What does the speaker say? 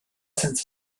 senza